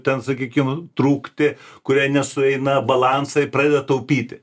ten sakykim trūkti kurie nesueina balansai pradeda taupyti